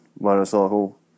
motorcycle